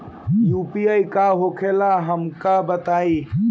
UPI का होखेला हमका बताई?